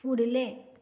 फुडलें